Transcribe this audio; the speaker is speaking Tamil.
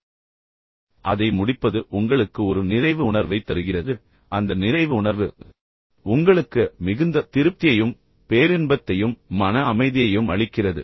ஏனென்றால் அதை முடிப்பது உங்களுக்கு ஒரு நிறைவு உணர்வை தருகிறது அந்த நிறைவு உணர்வு உங்களுக்கு மிகுந்த திருப்தியையும் பேரின்பத்தையும் மன அமைதியையும் அளிக்கிறது